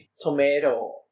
tomato